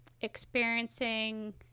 experiencing